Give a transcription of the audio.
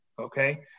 okay